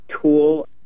tool